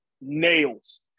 nails